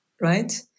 right